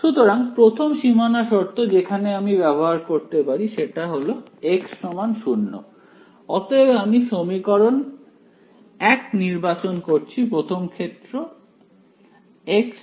সুতরাং প্রথম সীমানা শর্ত যেখানে আমি ব্যবহার করতে পারি সেটি হল x0 অতএব আমি সমীকরণ 1 নির্বাচন করছি প্রথম ক্ষেত্রে x0 আসে